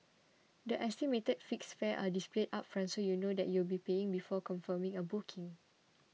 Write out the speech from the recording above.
the estimated fixed fares are displayed upfront so you know you'll be paying before confirming a booking